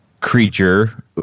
creature